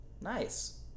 Nice